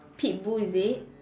Pitbull is it